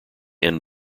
inn